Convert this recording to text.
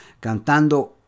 cantando